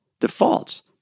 Defaults